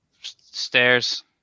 stairs